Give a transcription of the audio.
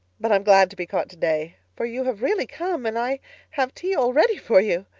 but i'm glad to be caught today, for you have really come and i have tea all ready for you.